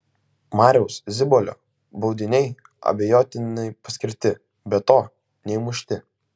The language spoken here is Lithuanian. mariaus zibolio baudiniai abejotinai paskirti be to neįmušti